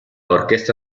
orquesta